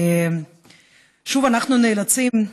שוב אנחנו נאלצים,